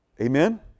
Amen